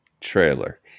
trailer